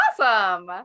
awesome